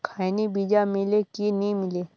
खैनी बिजा मिले कि नी मिले?